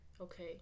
okay